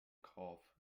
cough